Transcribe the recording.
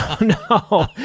No